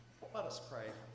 let us pray.